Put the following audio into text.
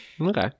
Okay